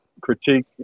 critique